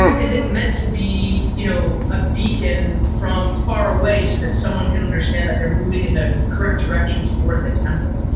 is it meant to be you know a beacon from far away so that someone can understand that they're moving in the correct direction toward the temple,